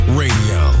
radio